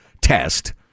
test